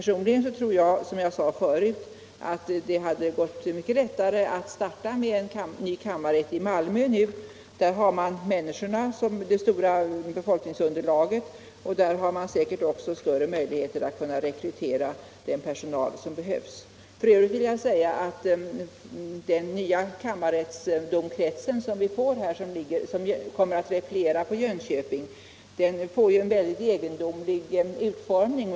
Som jag sade tidigare tror jag personligen att det hade gått mycket lättare att starta en ny kammarrätt i Malmö. Där finns människorna, dvs. det stora befolkningsunderlaget, och möjligheterna att rekrytera den personal som behövs. Den nya kammarrättsdomkrets som kommer att repliera på Jönköping får en mycket egendomlig utformning.